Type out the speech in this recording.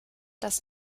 dass